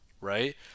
right